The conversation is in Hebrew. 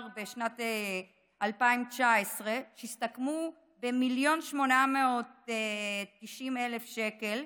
בשנת 2019 שהסתכמו ב-1.89 מיליון שקל,